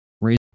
raise